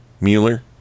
mueller